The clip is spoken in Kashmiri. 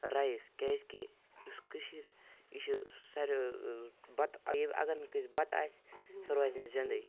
رایِس کیٛازِکہِ یُس کٔشیٖر یہِ چھُ ساروٕیو بَتہٕ اَگَر نہٕ کٲنٛسہِ بَتہٕ آسہِ سُہ روزِ نہٕ زِندَے